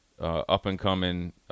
up-and-coming